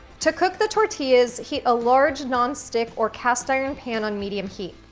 to cook the tortillas, heat a large nonstick or cast iron pan on medium heat.